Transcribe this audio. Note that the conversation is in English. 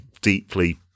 deeply